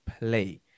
play